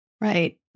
Right